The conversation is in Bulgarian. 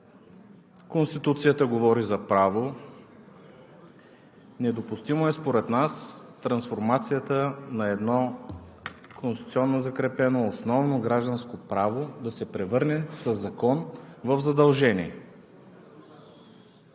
Конституцията говори за право. Недопустимо е според нас трансформацията на едно конституционно закрепено, основно гражданско право да се превърне със закон в задължение.